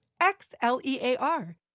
X-L-E-A-R